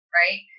right